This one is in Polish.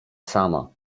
sama